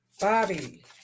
Bobby